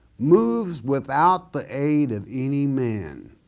moves without the aid of any man.